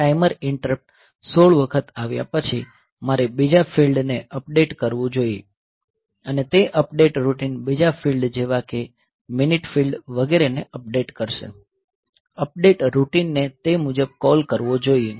timer interrupt 16 વખત આવ્યા પછી મારે બીજા ફીલ્ડ ને અપડેટ કરવું જોઈએ અને પછી તે અપડેટ રૂટિન બીજા ફીલ્ડ જેવા કે મિનિટ ફીલ્ડ વગેરેને અપડેટ કરશે અપડેટ રૂટિનને તે મુજબ કૉલ કરવો જોઈએ